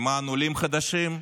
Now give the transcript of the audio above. למען העולים החדשים,